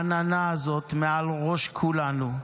העננה הזאת מעל ראש כולנו.